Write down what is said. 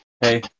Hey